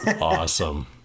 awesome